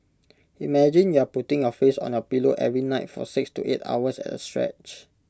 imagine you're putting your face on your pillow every night for six to eight hours at A stretch